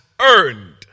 earned